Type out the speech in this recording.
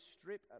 strip